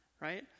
right